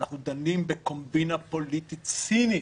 אנחנו דנים בקומבינה פוליטית צינית,